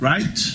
Right